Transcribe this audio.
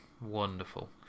Wonderful